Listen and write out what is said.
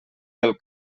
del